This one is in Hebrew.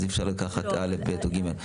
אז אי אפשר לקחת א', ב' או ג'.